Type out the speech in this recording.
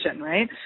right